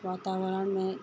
वातावरण में